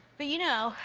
but, you know,